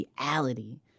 reality